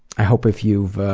i hope if you've